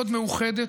מאוד מאוחדת,